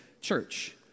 church